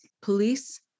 police